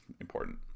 important